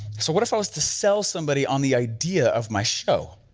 so what if i was to sell somebody on the idea of my show?